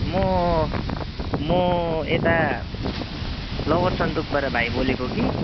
म म यता लोवर सन्दुकबाट भाइ बोलेको कि